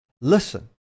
listen